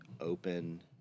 open